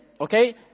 Okay